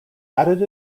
added